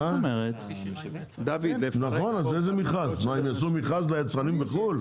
מה, הם יעשו מכרז ליצרנים בחו"ל?